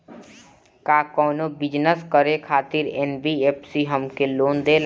का कौनो बिजनस करे खातिर एन.बी.एफ.सी हमके लोन देला?